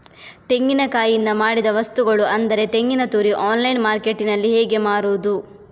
ತೆಂಗಿನಕಾಯಿಯಿಂದ ಮಾಡಿದ ವಸ್ತುಗಳು ಅಂದರೆ ತೆಂಗಿನತುರಿ ಆನ್ಲೈನ್ ಮಾರ್ಕೆಟ್ಟಿನಲ್ಲಿ ಹೇಗೆ ಮಾರುದು?